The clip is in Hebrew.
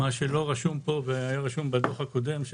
מה שלא רשום פה והיה רשום בדוח הקודם,